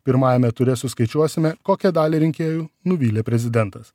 pirmajame ture suskaičiuosime kokią dalį rinkėjų nuvylė prezidentas